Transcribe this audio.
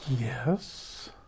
Yes